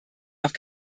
noch